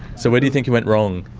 so where do you think you went wrong?